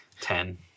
Ten